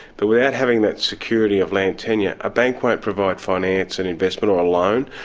but without having that security of land tenure, a bank won't provide finance and investment or a loan.